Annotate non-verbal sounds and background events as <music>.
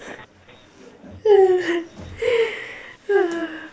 <noise>